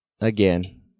again